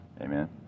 amen